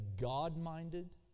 God-minded